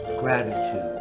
gratitude